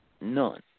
none